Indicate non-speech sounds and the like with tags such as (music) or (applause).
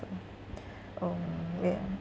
(noise) (breath) uh wait ah